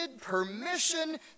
permission